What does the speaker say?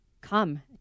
come